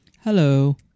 Hello